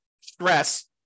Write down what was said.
stress